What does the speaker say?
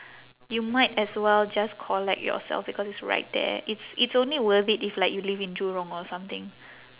you might as well just collect yourself because it's right there it's it's only worth it if like you live in jurong or something